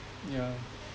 yeah